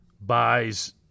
buys